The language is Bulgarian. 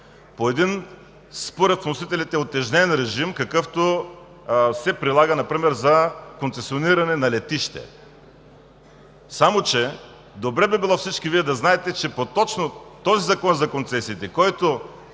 по един според вносителите утежнен режим, какъвто се прилага например за концесиониране на летище. Само че добре би било всички Вие да знаете, че по точно този Закон за концесиите, който